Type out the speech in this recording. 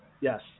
yes